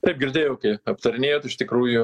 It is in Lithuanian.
taip girdėjau kai aptarinėjot iš tikrųjų